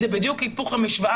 זה בדיוק היפוך המשוואה.